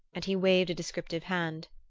and he waved a descriptive hand.